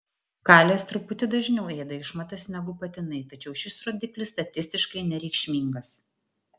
kalės truputį dažniau ėda išmatas negu patinai tačiau šis rodiklis statistiškai nereikšmingas